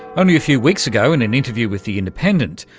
only a few weeks ago in an interview with the independent,